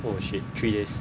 oh shit three days